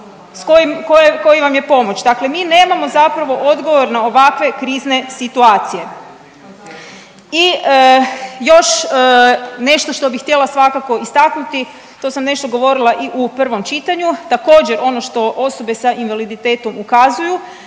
koji vam je pomoć. Dakle, mi nemamo zapravo odgovor na ovakve krizne situacije. I još nešto što bih htjela svakako istaknuti, to sam nešto govorila i u prvom čitanju. Također ono što osobe sa invaliditetom ukazuju,